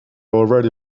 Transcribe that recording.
already